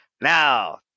Now